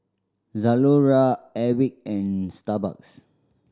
Zalora Airwick and Starbucks